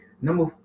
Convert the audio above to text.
Number